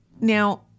Now